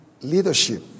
leadership